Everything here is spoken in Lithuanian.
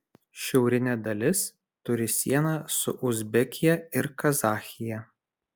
šiaurinė dalis turi sieną su uzbekija ir kazachija